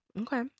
Okay